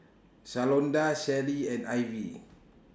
Shalonda Shelli and Ivie